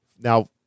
now